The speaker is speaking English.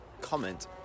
comment